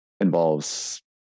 involves